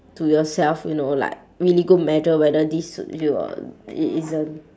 to yourself you know like really go measure whether this suits you or it isn't